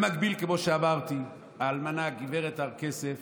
במקביל, כמו שאמרתי, האלמנה גב' הר-כסף,